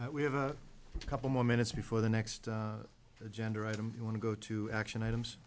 you we have a couple more minutes before the next gender item you want to go to action items